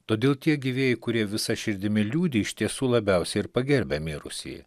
todėl tie gyvieji kurie visa širdimi liūdi iš tiesų labiausiai ir pagerbia mirusįjį